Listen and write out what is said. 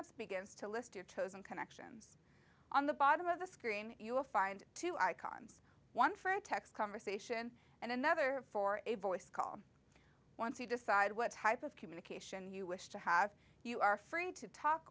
hangouts begins to list your chosen connections on the bottom of the screen you will find two icons one for a text conversation and another for a voice call once you decide what type of communication you wish to have you are free to talk